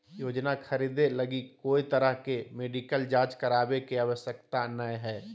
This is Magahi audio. योजना खरीदे लगी कोय तरह के मेडिकल जांच करावे के आवश्यकता नयय हइ